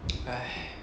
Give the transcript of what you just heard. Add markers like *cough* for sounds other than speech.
*noise* !hais!